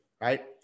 right